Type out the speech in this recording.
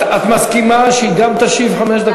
את מסכימה שהיא גם תשיב חמש דקות?